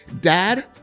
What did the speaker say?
Dad